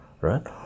right